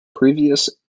previous